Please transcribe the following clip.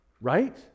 Right